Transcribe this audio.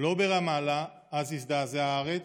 לא ברמאללה, אז הזדעזעה הארץ,